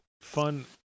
fun